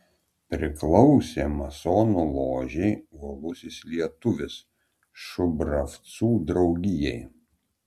priklausė masonų ložei uolusis lietuvis šubravcų draugijai